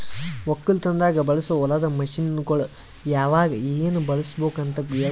ಒಕ್ಕಲತನದಾಗ್ ಬಳಸೋ ಹೊಲದ ಮಷೀನ್ಗೊಳ್ ಯಾವಾಗ್ ಏನ್ ಬಳುಸಬೇಕ್ ಅಂತ್ ಹೇಳ್ಕೋಡ್ತಾರ್